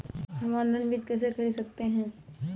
हम ऑनलाइन बीज कैसे खरीद सकते हैं?